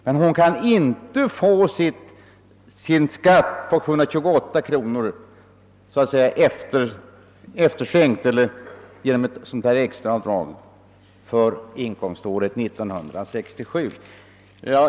Hon kan emellertid inte få befrielse från denna sin skatt på 728 kronor för inkomståret 1967.